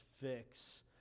fix